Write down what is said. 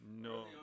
No